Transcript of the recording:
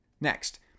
Next